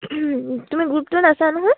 তুমি গ্ৰুপটোত আছা নহয়